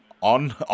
on